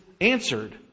answered